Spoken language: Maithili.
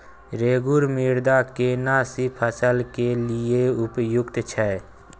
रेगुर मृदा केना सी फसल के लिये उपयुक्त छै?